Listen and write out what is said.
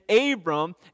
abram